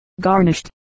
Garnished